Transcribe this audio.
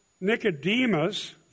Nicodemus